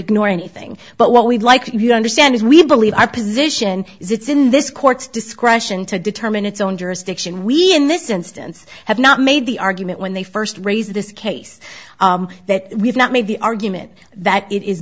ignore anything but what we'd like you understand is we believe our position is it's in this court's discretion to determine its own jurisdiction we in this instance have not made the argument when they first raise this case that we've not made the argument that it is